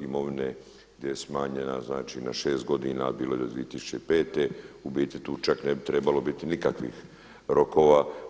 imovine gdje je smanjena na šest godina, a bilo je do 2005. u biti tu čak ne bi trebalo biti nikakvih rokova.